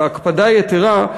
בהקפדה יתרה,